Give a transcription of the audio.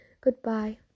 Goodbye